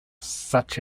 such